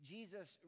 Jesus